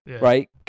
right